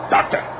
Doctor